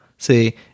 See